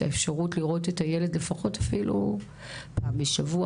האפשרות לראות את הילד לפחות אפילו פעם בשבוע,